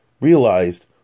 realized